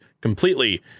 completely